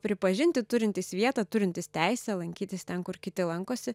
pripažinti turintys vietą turintys teisę lankytis ten kur kiti lankosi